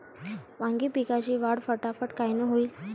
वांगी पिकाची वाढ फटाफट कायनं होईल?